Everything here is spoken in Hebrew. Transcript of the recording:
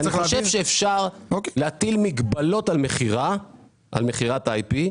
אני חושב שאפשר להטיל מגבלות על מכירת IP,